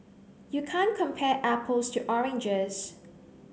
you can't compare apples to oranges